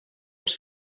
els